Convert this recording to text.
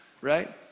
right